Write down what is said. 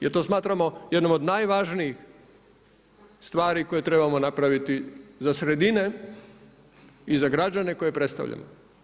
Jer to smatramo jednom od najvažnijih stvari koje trebamo napraviti za sredine i za građane koje predstavljamo.